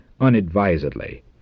unadvisedly